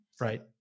Right